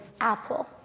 apple